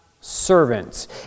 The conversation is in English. servants